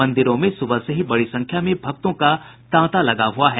मंदिरों में सुबह से ही बड़ी संख्या में भक्तों का तांता लगा हुआ है